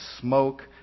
smoke